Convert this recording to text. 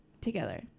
together